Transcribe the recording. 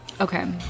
Okay